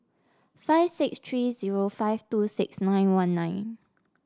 five six three zero five two six nine one nine